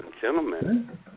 gentlemen